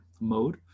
mode